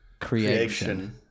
creation